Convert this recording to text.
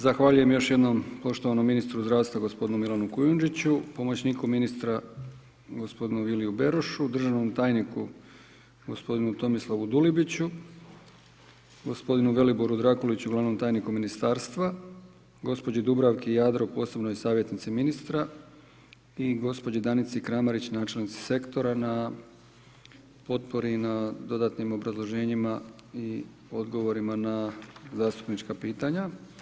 Zahvaljujem još jednom poštovanom ministru zdravstva gospodinu Milanu Kujundžiću, pomoćniku ministra gospodinu Viliju Berušu, državnom tajniku gospodinu Tomislavu Dulibiću, gospodinu Veliboru Drakuliću, glavnom tajniku ministarstva, gospođi Dubravki Jadro, posebnoj savjetnici ministra i gospođi Danici Kramarići, načelnici sektora na potpori i na dodatnim obrazloženjima i odgovorima na zastupnička pitanja.